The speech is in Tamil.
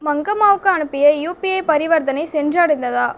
மங்கம்மாவுக்கு அனுப்பிய யூபிஐ பரிவர்த்தனை சென்றடைந்ததா